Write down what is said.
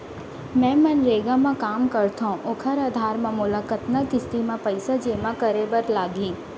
मैं मनरेगा म काम करथो, ओखर आधार म मोला कतना किस्ती म पइसा जेमा करे बर लागही?